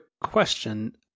question